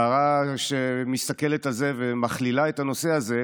בהערה שמסתכלת על זה ומכלילה את הנושא הזה,